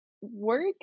work